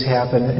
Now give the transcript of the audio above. happen